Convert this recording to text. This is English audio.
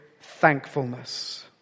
thankfulness